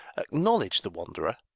acknowledge the wanderer,